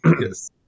yes